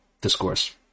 discourse